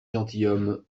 gentilshommes